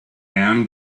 down